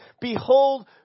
behold